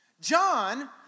John